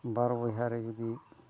ᱵᱟᱨ ᱵᱚᱭᱦᱟᱨᱮ ᱡᱩᱫᱤ